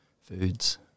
foods